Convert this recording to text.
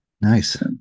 Nice